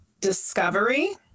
Discovery